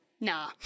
nah